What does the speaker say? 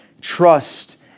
trust